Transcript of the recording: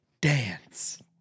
dance